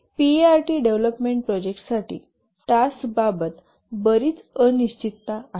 PERT development प्रोजेक्टसाठी task बाबत बरीच अनिश्चितता आहे